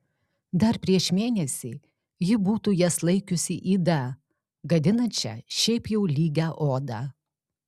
dar prieš mėnesį ji būtų jas laikiusi yda gadinančia šiaip jau lygią odą